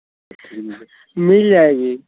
मिल जाएगी